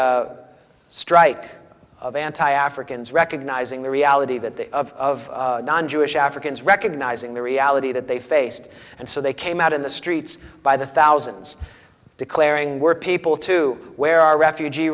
a strike of anti africans recognizing the reality that they of non jewish africans recognizing the reality that they faced and so they came out in the streets by the thousands declaring were people to wear our refugee